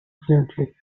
fluently